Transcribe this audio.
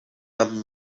nam